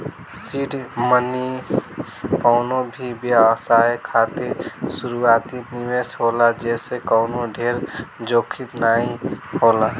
seed money कवनो भी व्यवसाय खातिर शुरूआती निवेश होला जेसे कवनो ढेर जोखिम नाइ होला